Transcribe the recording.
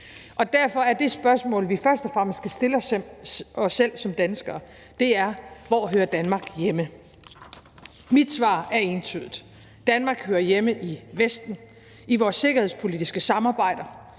derfor er det spørgsmål, vi først og fremmest skal stille os selv som danskere, dette: Hvor hører Danmark hjemme? Mit svar er entydigt: Danmark hører hjemme i Vesten, i vores sikkerhedspolitiske samarbejder,